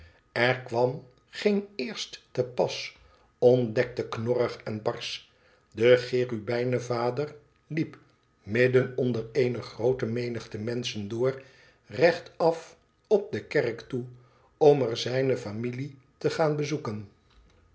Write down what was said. r kwam geen eerst te pas ontdekte knorrig enbarsch de cherubijnenvader liep midden onder eene groote menigte menschen door rechtaf op de kerk toe om er zijne miue te gaan bezoeken